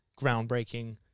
groundbreaking